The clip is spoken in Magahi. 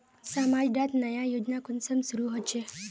समाज डात नया योजना कुंसम शुरू होछै?